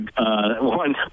one